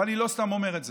ואני לא סתם אומר את זה.